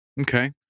Okay